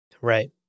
Right